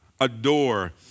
adore